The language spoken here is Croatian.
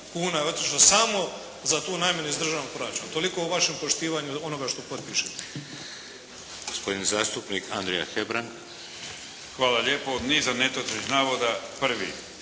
kuna je otišlo samo za tu namjenu iz državnog proračuna. Toliko o vašem poštivanju onoga što potpišete.